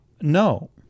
no